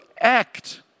act